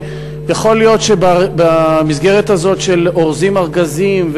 יכול להיות שבמסגרת הזאת של אורזים ארגזים,